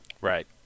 Right